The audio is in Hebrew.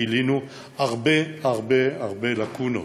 גילינו הרבה הרבה הרבה לקונות.